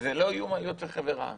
זה לא איום על יוצאי חבר העמים.